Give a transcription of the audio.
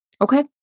Okay